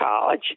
college